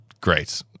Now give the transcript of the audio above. great